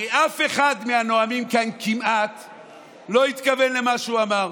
הרי כמעט אף אחד מהנואמים כאן לא התכוון למה שהוא אמר.